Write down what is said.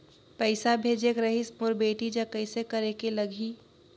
पइसा भेजेक रहिस मोर बेटी जग कइसे करेके लगही?